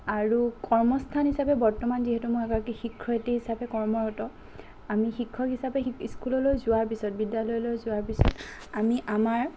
আৰু কৰ্মস্থান হিচাপে বৰ্তমান যিহেতু মই এগৰাকী শিক্ষয়ত্ৰী হিচাপে কৰ্মৰত আমি শিক্ষক হিচাপে স্কুললৈ যোৱাৰ পিছত বিদ্যালয়লৈ যোৱাৰ পিছত আমি আমাৰ